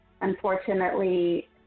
unfortunately